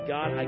God